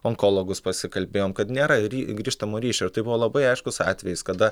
onkologus pasikalbėjom kad nėra ry grįžtamo ryšio ir tai buvo labai aiškus atvejis kada